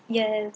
yes